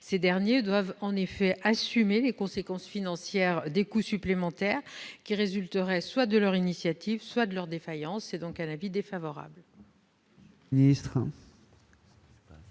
Ces derniers doivent en effet assumer les conséquences financières des coûts supplémentaires qui résulteraient soit de leur initiative, soit de leur défaillance. L'avis est donc défavorable.